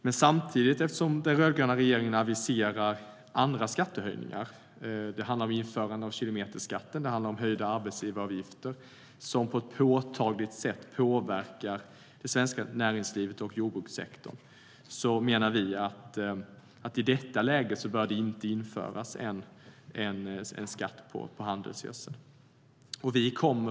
Men eftersom den rödgröna regeringen samtidigt aviserar andra skattehöjningar, till exempel införande av kilometerskatten och höjda arbetsgivaravgifter som på ett påtagligt sätt påverkar det svenska näringslivet och jordbrukssektorn, menar vi att i detta läge bör det inte införas en skatt på handelsgödsel.